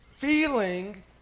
Feeling